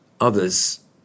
others